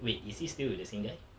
wait is he still with the same guy